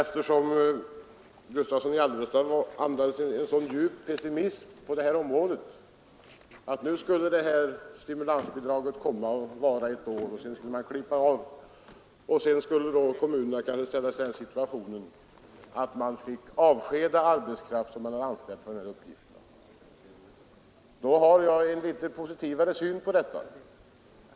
Herr Gustavsson andades en djup pessimism beträffande stimulansbidragen, som han befarade bara skulle vara ett år för att sedan dras in, varefter kommunerna ställs i den situationen att de skulle tvingas avskeda arbetskraft. Jag har en litet positivare syn på detta.